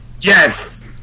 Yes